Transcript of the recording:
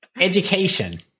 Education